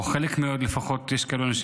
חלק לפחות, יש אנשים